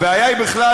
הבעיה היא בכלל,